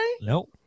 Nope